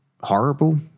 horrible